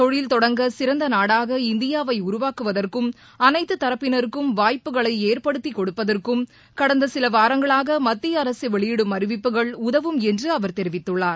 தொழில் தொடங்க சிறந்த நாடாக இந்தியாவை உருவாக்குவதற்கும் அனைத்து தரப்பினருக்கும் வாய்ப்புகளை ஏற்படுத்தி கொடுப்பதற்கும் கடந்த சில வாரங்களாக மத்திய அரசு வெளியிடும் அறிவிப்புகள் உதவும் என்று அவர் தெரிவித்துள்ளார்